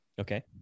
Okay